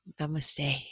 Namaste